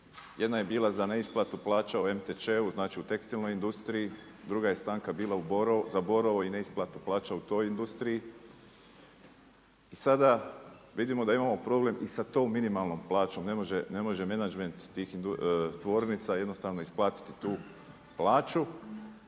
Jedna je bila za neisplatu plaća u MTČ-u, znači u tekstilnoj industriji. Druga je stanka bila za Borovo i neisplatu plaća u toj industriji. I sada vidimo da imamo problem i sa tom minimalnom plaćom, ne može menadžment tih tvornica jednostavno isplatiti tu plaću,